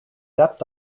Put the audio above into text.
debt